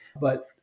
But-